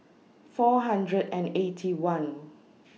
four hundred and Eighty One